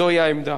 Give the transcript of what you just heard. זוהי העמדה.